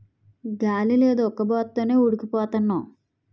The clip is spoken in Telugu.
గాలి లేదు ఉక్కబోత తోనే ఉడికి పోతన్నాం